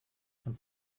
von